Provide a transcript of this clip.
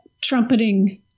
trumpeting